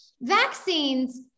Vaccines